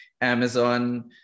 Amazon